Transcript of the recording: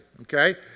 Okay